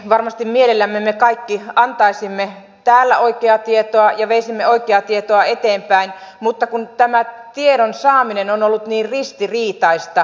varmasti mielellämme me kaikki antaisimme täällä oikeaa tietoa ja veisimme oikeaa tietoa eteenpäin mutta kun tämä tiedon saaminen on ollut niin ristiriitaista